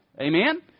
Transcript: Amen